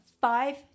five